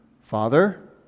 father